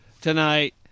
tonight